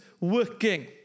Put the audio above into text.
working